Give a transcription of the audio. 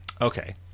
Okay